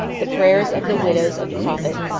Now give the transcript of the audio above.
the prayers of the widows of the prophet,